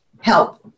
help